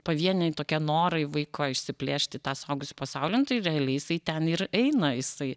pavieniai tokie norai vaiko išsiplėšt į tą suaugusių pasaulį nu tai realiai jisai ten ir eina jisai